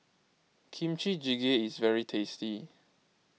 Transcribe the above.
Kimchi Jjigae is very tasty